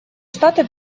штаты